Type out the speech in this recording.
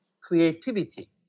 creativity